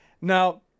now